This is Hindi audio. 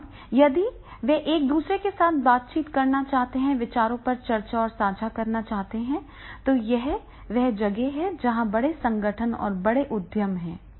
अब यदि वे एक दूसरे के साथ बातचीत करना चाहते हैं विचारों पर चर्चा और साझा करते हैं तो यह वह जगह है जहां बड़े संगठन और बड़े उद्यम हैं